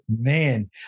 man